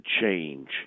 change